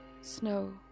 Snow